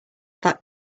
that